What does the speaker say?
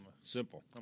simple